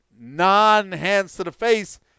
non-hands-to-the-face